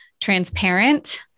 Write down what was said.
transparent